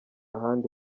handi